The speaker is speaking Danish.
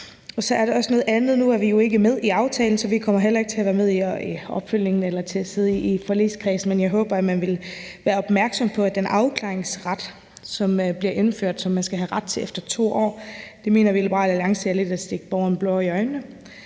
og nu vi jo ikke med i aftalen, så vi kommer heller ikke til at være med til opfølgningen eller til at sidde i forligskredsen – men jeg håber, man vil være opmærksom på, at den afklaringsret, som bliver indført, at man skal have ret til afklaring efter 2 år, mener vi i Liberal Alliance lidt er at stikke borgerne blår i øjnene.